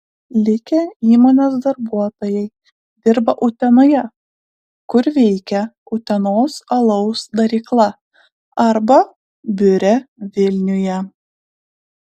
likę įmonės darbuotojai dirba utenoje kur veikia utenos alaus darykla arba biure vilniuje